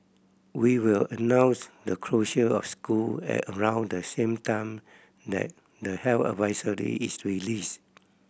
we will announce the closure of school at around the same time that the health advisory is released